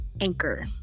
Anchor